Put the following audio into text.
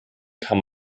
kann